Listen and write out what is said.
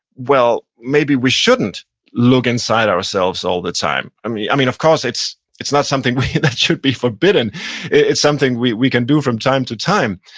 well, maybe we shouldn't look inside ourselves all the time i mean i mean of course, it's it's not something that should be forbidden it's something we we can do from time to time,